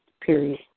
period